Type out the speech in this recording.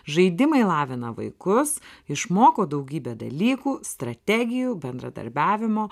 žaidimai lavina vaikus išmoko daugybę dalykų strategijų bendradarbiavimo